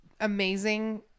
amazing